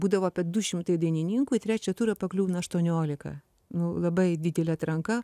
būdavo apie du šimtai dainininkų į trečią turą pakliūna aštuoniolika nu labai didelė atranka